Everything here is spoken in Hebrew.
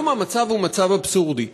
היום המצב הוא אבסורדי,